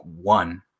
one